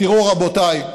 תראו, רבותיי,